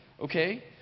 okay